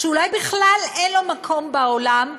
שאולי בכלל אין לו מקום בעולם,